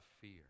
fear